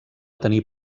tenir